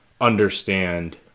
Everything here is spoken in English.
understand